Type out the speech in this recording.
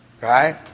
Right